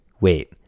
wait